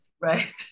right